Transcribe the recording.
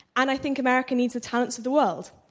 and i think america needs to tell it to the world.